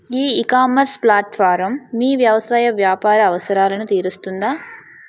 ఈ ecommerce platform మీ వ్యవసాయ వ్యాపార అవసరాలను తీరుస్తుందా?